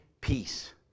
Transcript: peace